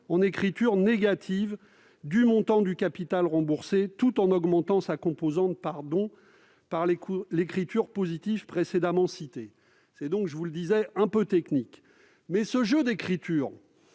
en écriture négative du montant du capital remboursé, tout en augmentant sa composante par dons par l'écriture positive précédemment évoquée. Je le disais, c'est un peu technique ... Ce jeu d'écriture